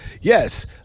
Yes